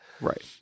Right